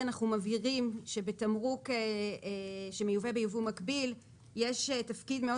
אנחנו מבהירים שבתמרוק שמיובא בייבוא מקביל יש תפקיד מאוד